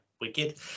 wicked